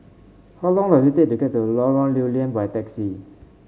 how long does it take to get to Lorong Lew Lian by taxi